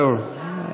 ברור,